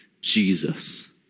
Jesus